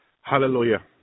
Hallelujah